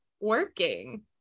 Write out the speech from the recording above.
working